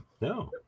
No